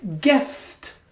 gift